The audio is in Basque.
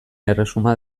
erresuma